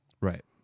Right